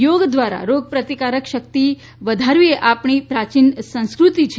યોગ દ્વારા રોગપ્રતિકારક શક્તિ વધારવીએ આપણી પ્રાયીન સંસ્કૃતિ છે